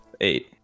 eight